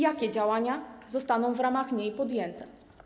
Jakie działania zostaną w ramach niej podjęte?